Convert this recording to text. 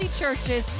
churches